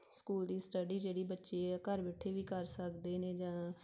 school ਦੀ study ਜਿਹੜੀ ਬੱਚੇ ਹੈ ਘਰ ਬੈਠੇ ਵੀ ਕਰ ਸਕਦੇ ਨੇ ਜਾਂ